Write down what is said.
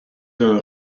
d’un